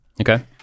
Okay